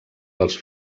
dels